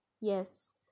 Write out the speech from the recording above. Yes